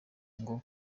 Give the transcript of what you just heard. ngo